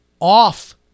off